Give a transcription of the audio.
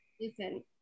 listen